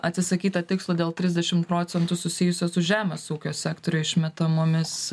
atsisakyta tikslo dėl trisdešimt procentų susijusių su žemės ūkio sektoriuj išmetamomis